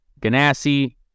Ganassi